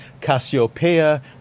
Cassiopeia